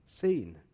seen